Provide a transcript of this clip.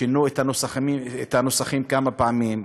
שינו את הנוסחים כמה פעמים.